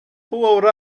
خوبه